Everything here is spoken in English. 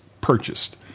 purchased